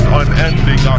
unending